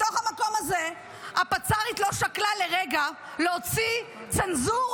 בתוך המקום הזה הפצ"רית לא שקלה לרגע להוציא צנזורה,